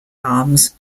arms